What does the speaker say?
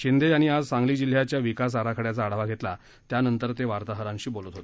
शिंदे यांनी आज सांगली जिल्ह्याच्या विकास आराखड्याचा आढावा घेतला त्यानंतर ते वार्ताहरांशी बोलत होते